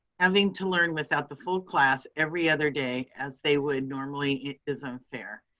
having to learn without the full class every other day, as they would normally it is unfair.